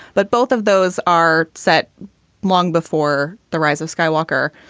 but both of those are set long before the rise of skywalker.